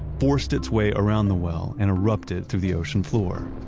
forced its way around the well and erupted through the ocean floor,